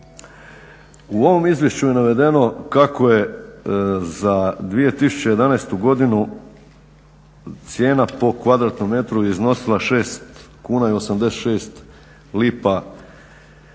U ovom izvješću je navedeno kako je za 2011.godinu cijena po kvadratom metru iznosila 6 kuna i 86 lipa